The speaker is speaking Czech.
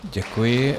Děkuji.